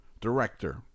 director